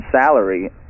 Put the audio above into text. salary